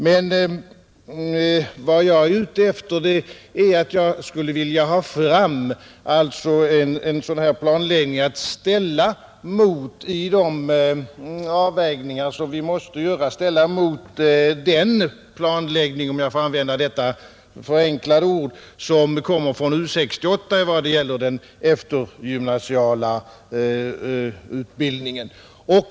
Men vad jag skulle vilja ha fram är en planläggning att ställa mot — i de avvägningar som vi måste göra — den planläggning, om jag får använda detta förenklade ord, som kommer från U 68 i vad gäller den eftergymnasiala utbildningen.